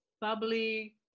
bubbly